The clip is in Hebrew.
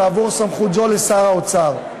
תעבור סמכות זו לשר האוצר.